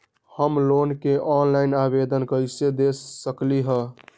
हम लोन के ऑनलाइन आवेदन कईसे दे सकलई ह?